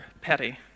petty